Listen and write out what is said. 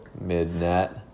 mid-net